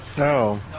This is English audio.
No